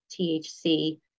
THC